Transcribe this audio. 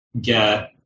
get